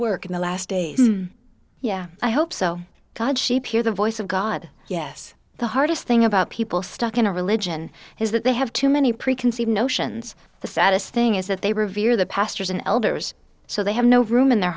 work in the last days yeah i hope so god sheep hear the voice of god yes the hardest thing about people stuck in a religion is that they have too many preconceived notions the saddest thing is that they revere the pastors and elders so they have no room in their